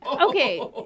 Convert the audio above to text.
Okay